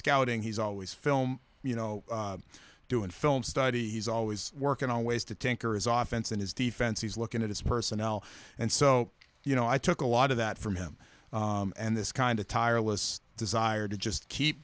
scouting he's always film you know doing film study he's always working always to tinker is often seen his defense he's looking at his personnel and so you know i took a lot of that from him and this kind of tireless desire to just keep